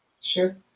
sure